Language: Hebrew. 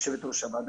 יושבת-ראש הוועדה,